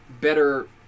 better